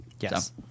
Yes